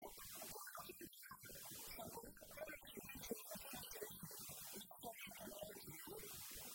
כלומר אם אני אומר, שפירות אלף שביעית שנכנסו לשביעית נחשבים כפירות שביעית